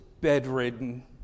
bedridden